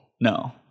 No